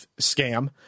scam